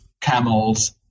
camels